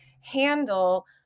handle